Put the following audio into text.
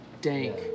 dank